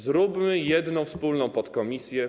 Zróbmy jedną wspólną podkomisję.